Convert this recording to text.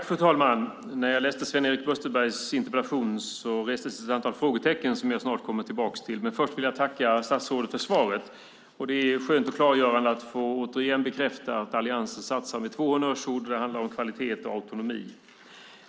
Fru talman! När jag läste Sven-Erik Österbergs interpellation reste sig ett antal frågetecken som jag snart kommer tillbaks till. Först vill jag tacka statsrådet för svaret. Det är skönt och klargörande att återigen få bekräfta att Alliansen satsar med två honnörsord. Det handlar om kvalitet och autonomi.